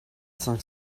cinq